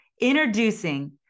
Introducing